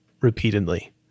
repeatedly